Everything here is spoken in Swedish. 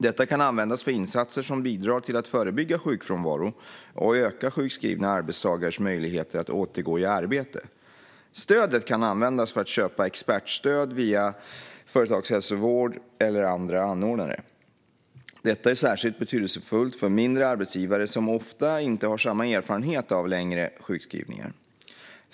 Detta kan användas för insatser som bidrar till att förebygga sjukfrånvaro och öka sjukskrivna arbetstagares möjligheter att återgå i arbete. Stödet kan användas för att köpa expertstöd via företagshälsovård eller andra anordnare. Detta är särskilt betydelsefullt för mindre arbetsgivare som ofta inte har samma erfarenhet av längre sjukskrivningar.